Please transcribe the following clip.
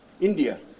India